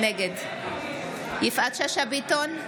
נגד יפעת שאשא ביטון,